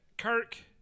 Kirk